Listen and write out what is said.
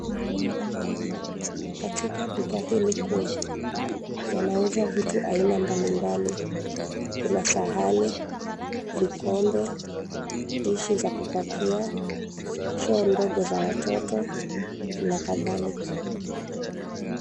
Katika duka hili kuu, wanauza vitu aina mbalimbali. Kuna sahani, vikombe, tissue za kupakia, choo ndogo za watoto na kadhalika.